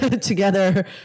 together